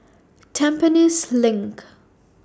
Tampines LINK